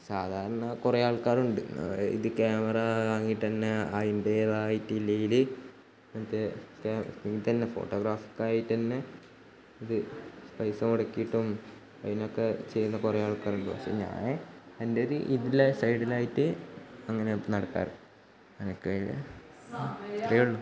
സാധാരണ കുറേ ആൾക്കാരുണ്ട് അത് ഇത് ക്യാമറ വാങ്ങിയിട്ട് തന്നെ അതിൻ്റെതായിട്ടുള്ളതിൽ മറ്റേ ഇതുതന്നെ ഫോട്ടോഗ്രാഫർ ആയിട്ടുതന്നെ ഇത് പൈസ മുടക്കിയിട്ടും അതിനൊക്കെ ചെയ്യുന്ന കുറേ ആൾക്കാരുണ്ട് പക്ഷേ ഞാൻ എൻ്റെ ഒരു ഇതിൽ സൈഡിലായിട്ട് അങ്ങനെ നടക്കാറ് എനിക്ക് അതിൽ അത്രയേ ഉള്ളൂ